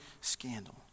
scandal